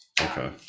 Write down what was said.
Okay